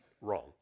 wrong